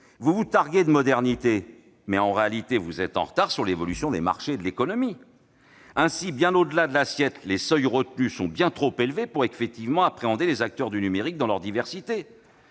Vous vous targuez de modernité, mais, en réalité, vous êtes en retard sur l'évolution des marchés et de l'économie ... Ainsi, au-delà de l'assiette, les seuils retenus sont bien trop élevés pour appréhender effectivement les acteurs du numérique dans leur diversité.